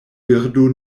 birdo